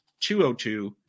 202